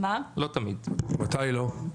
מתי לא?